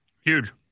Huge